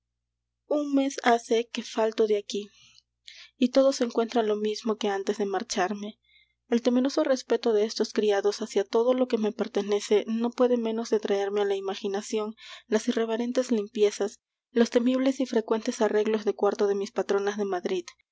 un mes hace que falto de aquí y todo se encuentra lo mismo que antes de marcharme el temeroso respeto de estos criados hacia todo lo que me pertenece no puede menos de traerme á la imaginación las irreverentes limpiezas los temibles y frecuentes arreglos de cuarto de mis patronas de madrid